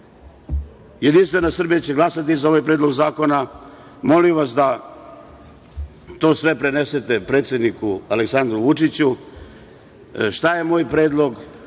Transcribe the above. govorim. Jedinstvena Srbija će glasati za ovaj predlog zakona. Molim vas da to sve prenesete predsedniku Aleksandru Vučiću, šta je moj predlog,